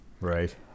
Right